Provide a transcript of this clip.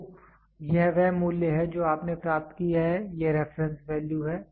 तो यह वह मूल्य है जो आपने प्राप्त किया है यह रेफरेंस वैल्यू है